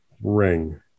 ring